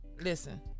listen